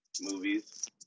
Movies